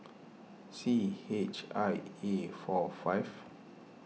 C H I A four five